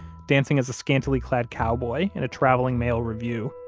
dancing as a scantily clad cowboy in a traveling male revue,